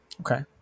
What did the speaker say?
Okay